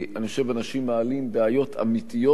אני חושב שאנשים מעלים בעיות אמיתיות,